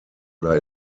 oder